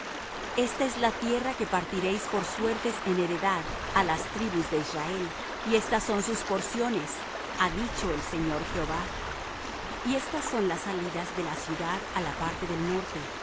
esta es la tierra que partiréis por suertes en heredad á las tribus de israel y estas son sus porciones ha dicho el señor jehová y estas son las salidas de la ciudad á la parte del norte